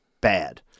bad